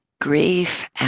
grief